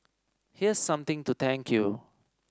here's something to thank you